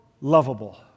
lovable